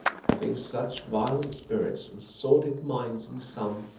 having such violent spirits and sordid minds in some,